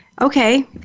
Okay